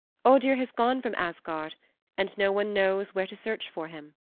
odur has gone from asgard and no one knows where to search for him.